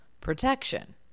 protection